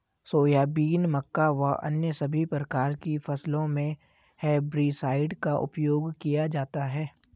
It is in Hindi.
सोयाबीन, मक्का व अन्य सभी प्रकार की फसलों मे हेर्बिसाइड का उपयोग किया जाता हैं